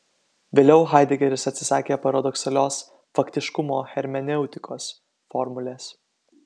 vėliau haidegeris atsisakė paradoksalios faktiškumo hermeneutikos formulės